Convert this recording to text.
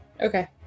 Okay